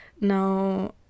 now